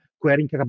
querying